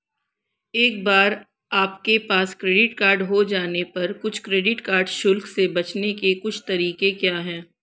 एक बार आपके पास क्रेडिट कार्ड हो जाने पर कुछ क्रेडिट कार्ड शुल्क से बचने के कुछ तरीके क्या हैं?